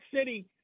City